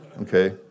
Okay